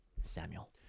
Samuel